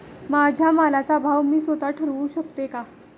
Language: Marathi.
माझ्या मालाचा भाव मी स्वत: ठरवू शकते का?